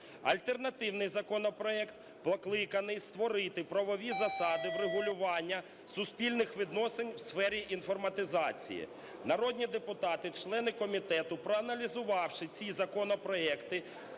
Альтернативний законопроект покликаний створити правові засади врегулювання суспільних відносин у сфері інформатизації. Народні депутати, члени комітету, проаналізувавши ці законопроекти,